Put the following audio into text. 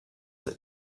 that